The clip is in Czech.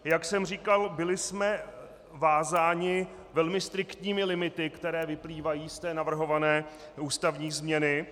Jak jsem říkal, byli jsme vázáni velmi striktními limity, které vyplývají z navrhované ústavní změny.